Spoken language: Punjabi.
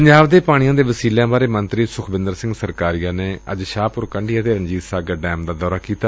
ਪੰਜਾਬ ਦੇ ਪਾਣੀ ਦੇ ਵਸੀਲਿਆਂ ਬਾਰੇ ਮੰਤਰੀ ਸੁਖਬਿੰਦਰ ਸਿੰਘ ਸਰਕਾਰੀਆ ਨੇ ਅੱਜ ਸ਼ਾਹਪੁਰ ਕੰਢੀ ਅਤੇ ਰਣਜੀਤ ਸਾਗਰ ਡੈਮ ਦਾ ਦੌਰਾ ਕੀਤਾ